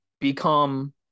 become